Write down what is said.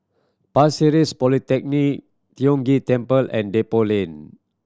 Pasir Ris Polyclinic Tiong Ghee Temple and Depot Lane